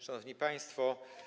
Szanowni Państwo!